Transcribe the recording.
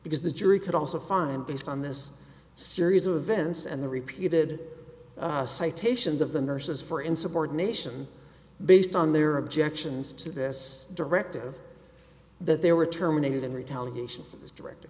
because the jury could also find based on this series of events and the repeated citations of the nurses for insubordination based on their objections to this directive that they were terminated in retaliation